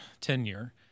tenure